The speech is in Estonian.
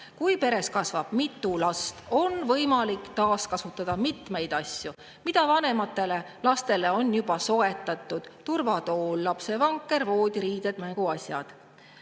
Kui peres kasvab mitu last, on võimalik taaskasutada mitmeid asju, mis vanematele lastele on juba soetatud: turvatool, lapsevanker, voodiriided, mänguasjad.